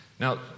Now